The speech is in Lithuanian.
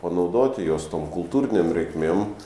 panaudoti juos tom kultūrinėm reikmėm